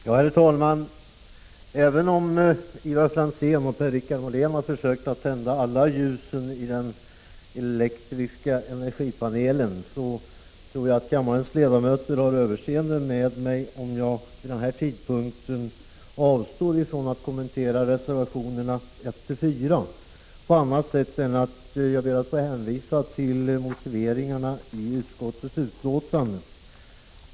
Herr talman! Även om Ivar Franzén och Per-Richard Molén har försökt att tända alla ljusen i den elektriska energipanelen, tror jag att kammarens ledamöter har överseende med att jag i denna sena timme avstår från att kommentera reservationerna 1-4 och nöjer mig med att hänvisa till motiveringarna i utskottets betänkande.